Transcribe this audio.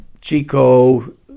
Chico –